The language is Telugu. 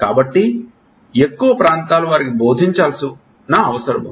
కాబట్టి ఎక్కువ ప్రాంతాలు వారికి బోధించాల్సిన అవసరం ఉంది